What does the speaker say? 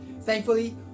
Thankfully